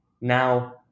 Now